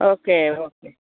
okay okay